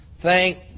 Thank